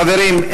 חברים,